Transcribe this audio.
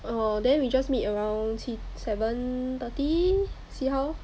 oh then we just meet around 七 seven thirty see how